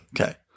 Okay